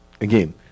Again